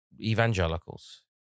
evangelicals